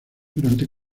durante